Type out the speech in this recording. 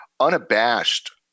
Unabashed